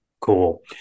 Cool